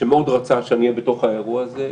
שמאוד רצה שאני אהיה בתוך האירוע הזה,